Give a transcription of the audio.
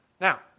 Now